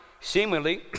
seemingly